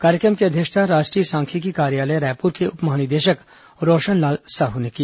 कार्यक्रम की अध्यक्षता राष्ट्रीय सांख्यिकी कार्यालय रायपुर के उपमहानिदेशक रोशनलाल साहू ने की